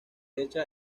echa